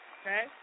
okay